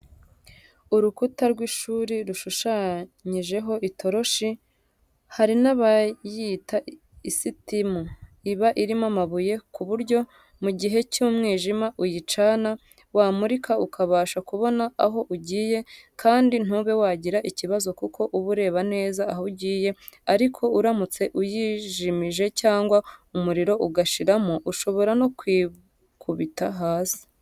Urukuta rw'ishuri rushushanyijeho itoroshi, hari n'abayita isitimu, iba irimo amabuye ku buryo mu gihe cy'umwijima uyicana wamurika ukabasha kubona aho ugiye kandi ntube wagira ikibazo kuko uba ureba neza aho ugiye ariko uramutse uyijimije cyangwa umuriro ugashiramo, ushobora no kwikubita hasi.